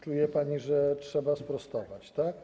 Czuje pani, że trzeba sprostować, tak?